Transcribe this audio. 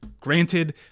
Granted